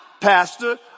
pastor